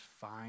fine